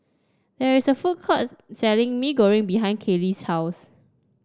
there is a food court selling Mee Goreng behind Caylee's house